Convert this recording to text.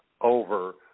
over